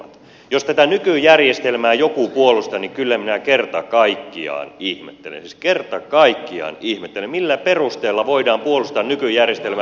jos tätä nykyjärjestelmää joku puolustaa niin kyllä minä kerta kaikkiaan ihmettelen siis kerta kaikkiaan ihmettelen millä perusteella voidaan puolustaa nykyjärjestelmää